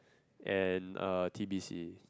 and uh T_B_C